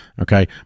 Okay